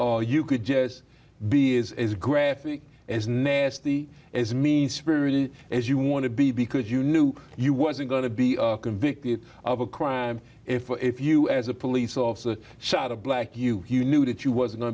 you could just be is as graphic as nasty as mean spirited as you want to be because you knew you wasn't going to be convicted of a crime if you as a police officer shot a black you you knew that you was going